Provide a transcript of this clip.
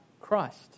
Christ